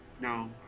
No